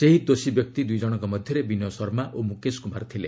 ସେହି ଦୋଷୀ ବ୍ୟକ୍ତି ଦୁଇ ଜଣଙ୍କ ମଧ୍ୟରେ ବିନୟ ଶର୍ମା ଓ ମୁକେଶ କୁମାର ଥିଲେ